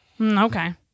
okay